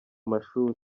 mashuri